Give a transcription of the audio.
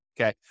okay